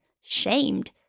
shamed